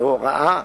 בהוראה,